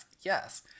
yes